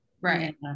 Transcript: Right